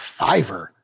Fiverr